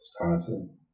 Wisconsin